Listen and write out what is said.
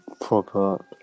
proper